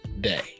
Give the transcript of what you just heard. day